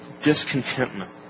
discontentment